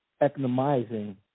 economizing